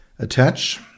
attach